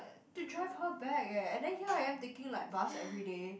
to drive her back eh and then here I'm taking like bus everyday